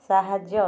ସାହାଯ୍ୟ